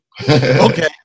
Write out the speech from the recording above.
Okay